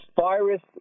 virus